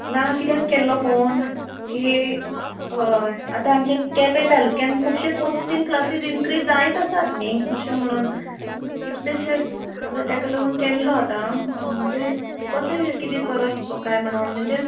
ना किद्याक केल्लो फोन की हय आतां आमचे केंपे तालुक्यान खुबशे कोचींग क्लासीस इन्क्रीज जायत आसात न्ही अशें म्हणून कितलेशेच आतां ताका लागून केल्लो आतां म्हणजे कशें किदें करप काय म्हणून म्हणजे